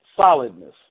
solidness